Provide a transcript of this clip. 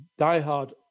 diehard